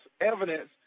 evidence